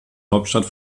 hauptstadt